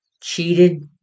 cheated